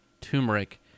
turmeric